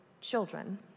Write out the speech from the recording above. children